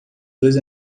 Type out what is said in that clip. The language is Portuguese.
dois